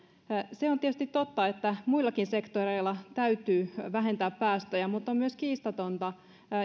on tietysti totta että muillakin sektoreilla täytyy vähentää päästöjä mutta on kiistatonta